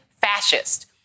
fascist